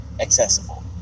accessible